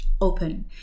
open